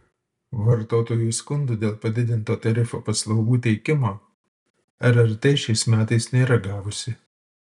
vartotojų skundų dėl padidinto tarifo paslaugų teikimo rrt šiais metais nėra gavusi